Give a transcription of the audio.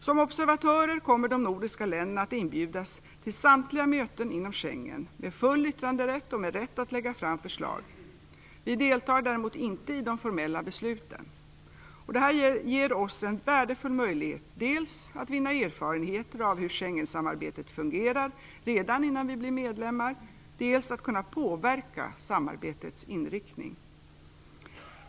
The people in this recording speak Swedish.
Som observatörer kommer de nordiska länderna att inbjudas till samtliga möten inom Schengensamarbetet, med full yttrande rätt och med rätt att lägga fram förslag. Vi deltar däremot inte i de formella besluten. Detta ger oss en värdefull möjlighet dels att vinna erfarenheter av hur Schengensamarbetet fungerar redan innan vi blir medlemmar, dels att kunna påverka samarbetets inriktning.